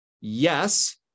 yes